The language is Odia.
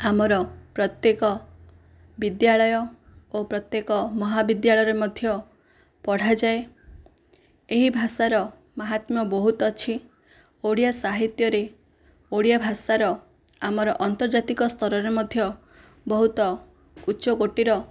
ଆମର ପ୍ରତ୍ୟେକ ବିଦ୍ୟାଳୟ ଓ ପ୍ରତ୍ୟେକ ମହାବିଦ୍ୟାଳୟରେ ମଧ୍ୟ ପଢ଼ାଯାଏ ଏହି ଭାଷାର ମାହାତ୍ମ୍ୟ ବହୁତ ଅଛି ଓଡ଼ିଆ ସାହିତ୍ୟରେ ଓଡ଼ିଆ ଭାଷାର ଆମର ଆନ୍ତର୍ଜାତିକ ସ୍ତରରେ ମଧ୍ୟ ବହୁତ ଉଚ୍ଚକୋଟିର